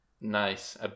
Nice